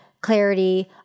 clarity